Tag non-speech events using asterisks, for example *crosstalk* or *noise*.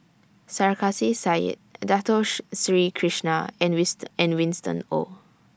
Sarkasi Said Datos Sri Krishna and *unintelligible* Winston Oh